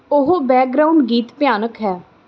ਉਹ ਬੈਕਗਰਾਊਂਡ ਗੀਤ ਭਿਆਨਕ ਹੈ